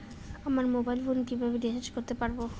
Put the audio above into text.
আমার mobile phone কিভাবে recharge করতে পারব?